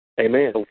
Amen